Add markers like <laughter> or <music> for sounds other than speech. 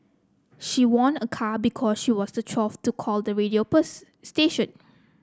she won a car because she was the twelfth to call the radio <unintelligible> station